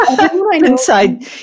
inside